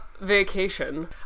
vacation